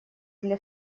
для